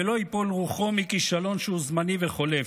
ולא ייפול רוחו מכישלון שהוא זמני וחולף.